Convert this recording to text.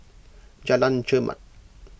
Jalan Chermat